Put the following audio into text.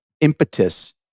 impetus